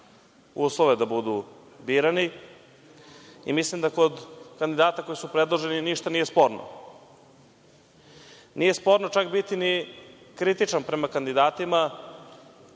su uslove da budu birani. Mislim da kod kandidata koji su predloženi ništa nije sporno. Nije sporno čak biti ni kritičan prema kandidatima,